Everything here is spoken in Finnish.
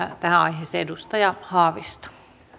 tähän aiheeseen edustaja haavisto